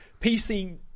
PC